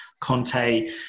Conte